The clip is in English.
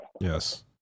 Yes